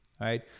right